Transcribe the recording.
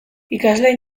ikasleen